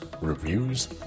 reviews